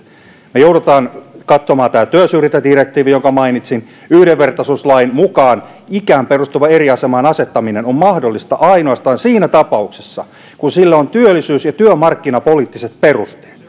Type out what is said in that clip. me joudumme katsomaan tämän työsyrjintädirektiivin jonka mainitsin yhdenvertaisuuslain mukaan ikään perustuva eri asemaan asettaminen on mahdollista ainoastaan siinä tapauksessa kun sille on työllisyys ja työmarkkinapoliittiset perusteet